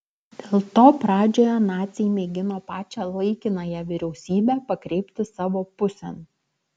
dėl to pradžioje naciai mėgino pačią laikinąją vyriausybę pakreipti savo pusėn